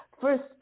First